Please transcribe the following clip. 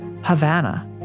Havana